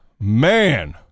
Man